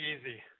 easy